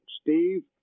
Steve